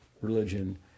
religion